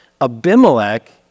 Abimelech